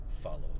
follow